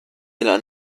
della